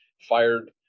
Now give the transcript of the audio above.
fired